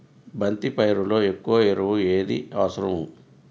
బంతి పైరులో ఎక్కువ ఎరువు ఏది అవసరం?